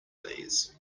these